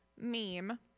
meme